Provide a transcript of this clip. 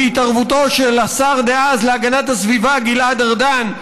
בהתערבותו של השר דאז להגנת הסביבה גלעד ארדן,